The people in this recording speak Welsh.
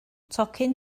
tocyn